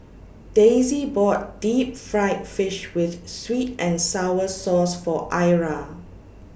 Daisie bought Deep Fried Fish with Sweet and Sour Sauce For Ira